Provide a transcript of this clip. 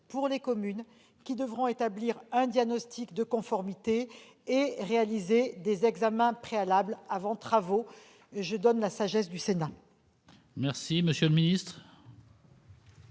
pour les communes, qui devraient établir un diagnostic de conformité et réaliser des examens préalables avant travaux. La commission s'en remet à la sagesse du Sénat.